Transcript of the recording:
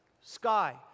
Sky